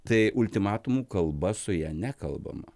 tai ultimatumų kalba su ja nekalbama